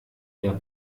der